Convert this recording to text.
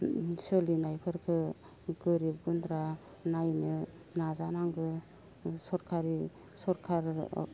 सोलिनायफोरखो गोरिब गुन्द्रा नायनो नाजानांगोन सरखारि सरखार